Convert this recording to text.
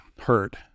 hurt